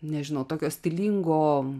nežinau tokio stilingo